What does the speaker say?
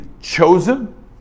chosen